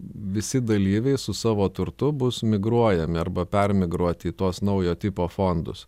visi dalyviai su savo turtu bus migruojami arba permigruoti į tuos naujo tipo fondus